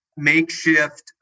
Makeshift